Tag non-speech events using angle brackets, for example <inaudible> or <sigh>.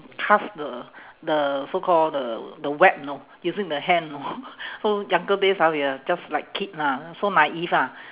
cast the the so call the the web know using the hand know <laughs> so younger days ah we are just like kid lah so naive ah